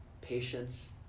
patience